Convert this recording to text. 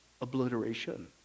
obliteration